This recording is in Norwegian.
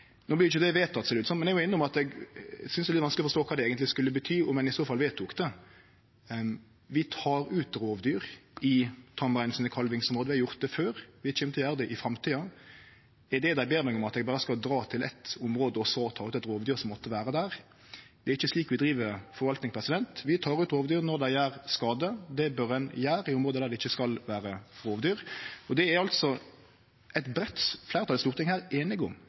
No vert ikkje det vedteke, ser det ut som, men eg må innrømme at eg synest det er litt vanskeleg å forstå kva det eigentleg skulle bety om ein i så fall vedtok det. Vi tek ut rovdyr i tamreinen sine kalvingsområde. Vi har gjort det før, vi kjem til å gjere det i framtida. Er det dei ber meg om, at eg berre skal dra til eit område og så ta ut eit rovdyr som måtte vere der? Det er ikkje slik vi driv forvalting. Vi tek ut rovdyr når dei gjer skade. Det bør ein gjere i område der det ikkje skal vere rovdyr. Det er eit breitt fleirtal i Stortinget her einige om